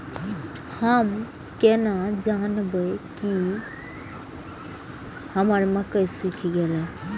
हम केना जानबे की हमर मक्के सुख गले?